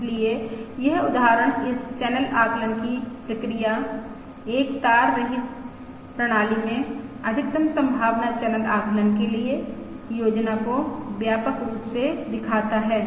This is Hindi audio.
इसलिए यह उदाहरण इस चैनल आकलन की प्रक्रिया एक तार रहित प्रणाली में अधिकतम संभावना चैनल आकलन के लिए योजना को व्यापक रूप से दिखाता है